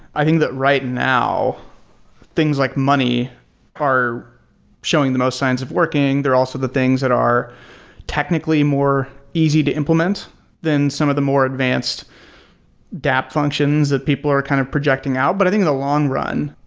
i think that right, now things like money are showing the most signs of working. they're also the things that are technically more easy to implement than some of the more advanced dap functions that people are kind of projecting out. but i think in the long run,